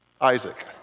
Isaac